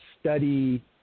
study